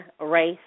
race